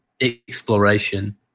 exploration